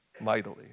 mightily